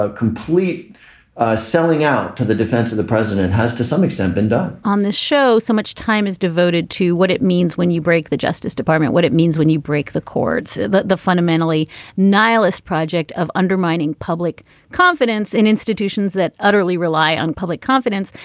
ah complete selling out to the defense of the president has to some extent been done on this show so much time is devoted to what it means when you break the justice department what it means when you break the courts that the fundamentally nihilists project of undermining public confidence in institutions that utterly rely on public confidence.